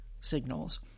signals